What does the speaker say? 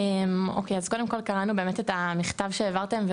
אז קודם כל קראנו באמת את המכתב שהעברתם,